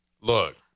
Look